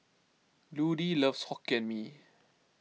Ludie loves Hokkien Mee